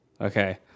Okay